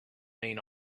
mean